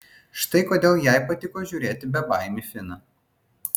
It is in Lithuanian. štai kodėl jai patiko žiūrėti bebaimį finą